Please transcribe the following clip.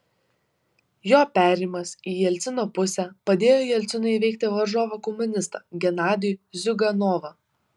jo perėjimas į jelcino pusę padėjo jelcinui įveikti varžovą komunistą genadijų ziuganovą